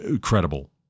credible